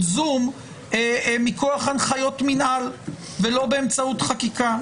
זום מכוח הנחיות מינהל ולא באמצעות חקיקה.